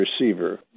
receiver